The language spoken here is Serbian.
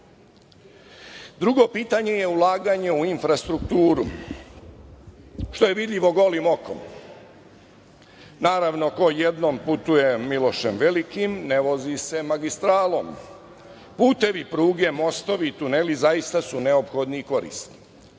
1244.Drugo pitanje je ulaganje u infrastrukturu, što je vidljivo golim okom. Naravno ko jednom putuje „Milošem Velikim“ ne vozi se magistralom. Putevi, pruge, mostovi, tuneli zaista su neophodni i korisni,